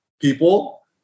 people